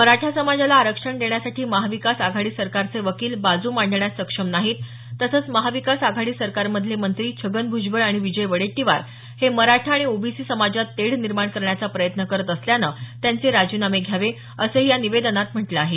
मराठा समाजाला आरकृषण देण्यासाठी महाविकास आघाडी सरकारचे वकील बाजू मांडण्यास सक्षम नाहीत तसंच महाविकास आघाडी सरकारमधले मंत्री छगन भुजबळ आणि विजय वडेट्टीवार हे मराठा आणि ओबीसी समाजात तेढ निर्माण करण्याचा प्रयत्न करत असल्यान त्यांचे राजीनामे घ्यावे असं या निवेदनात म्हटलं आहे